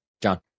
John